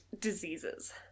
diseases